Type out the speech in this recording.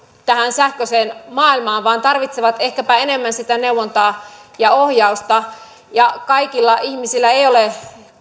tähän sähköiseen maailmaan vaan tarvitsevat ehkäpä enemmän sitä neuvontaa ja ohjausta kaikilla ihmisillä ei ole